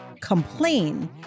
complain